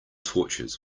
torches